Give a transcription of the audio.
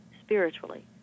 spiritually